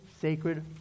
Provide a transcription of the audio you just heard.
sacred